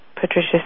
Patricia